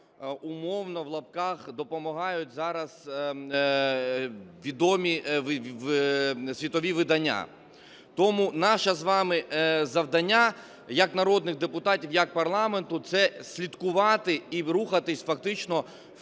умовно, в лапках "допомагають" зараз відомі світові видання. Тому наше з вами завдання як народних депутатів і як парламенту – це слідкувати і рухатись фактично в тому,